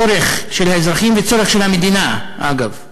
צורך של האזרחים וצורך של המדינה, אגב.